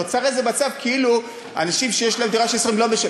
נוצר איזה מצב כאילו אנשים שיש להם דירה של 20 לא משלמים.